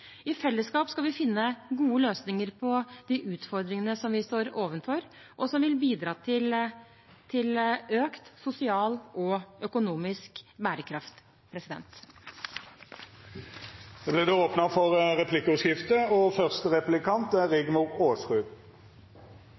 I fellesskap skal vi finne gode løsninger på de utfordringene vi står overfor, noe som vil bidra til økt sosial og økonomisk bærekraft. Det vert replikkordskifte.